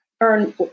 earn